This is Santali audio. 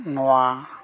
ᱱᱚᱣᱟ